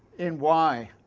in why